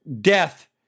death